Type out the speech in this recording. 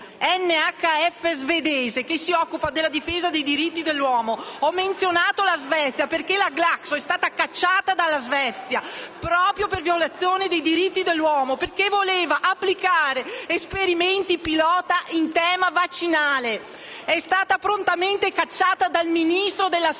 NHF svedese, che si occupa della difesa dei diritti dell'uomo. Ho menzionato la Svezia perché la Glaxo è stata cacciata dalla Svezia proprio per violazione dei diritti dell'uomo, perché voleva applicare esperimenti pilota sul tema vaccinale, ma è stata prontamente cacciata dal Ministro della sanità